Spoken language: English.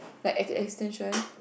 like as an extension